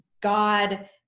God